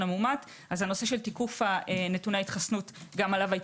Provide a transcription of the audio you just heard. הנושא של תיקוף נתוני ההתחסנות גם עליו היתה